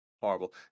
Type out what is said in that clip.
horrible